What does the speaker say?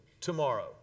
tomorrow